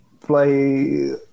play